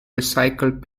recycled